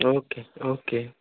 او کے او کے